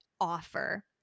offer